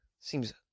Seems